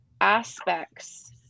aspects